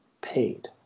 paid